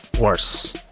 Worse